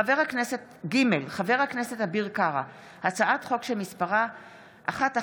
חבר הכנסת אביר קארה, הצעת חוק שמספרה פ/1134/24.